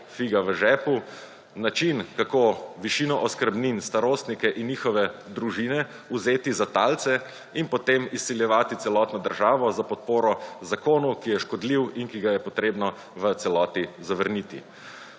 način kako višino oskrbnin, starostnike in njihove družine vzeti za talce in potem izsiljevati celotno državo za podporo zakonu, ki je škodljiv in ki ga je potrebno v celoti zavrniti.